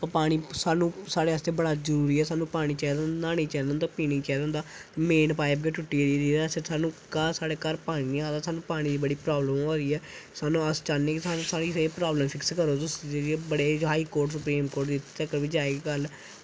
ते ओह् पानी साह्नूं साढ़े आस्तै बड़ा जरूरी ऐ मतलब पानी न्हानै गी चाहिदा होंदा पीने गी चाहिदा होंदा ते मेन पाईप गै टुट्टी गेदी ऐ ते साह्नूं घर साढ़े घर पानी निं आवा दा साह्नूं पानी दी प्राब्लम होई गेई ऐ ते अस चाह्न्ने कि साढ़ी प्रॉब्लम फिक्स करो तुस चाहे हाई कोर्ट जिस कोर्ट बी जाई गल्ल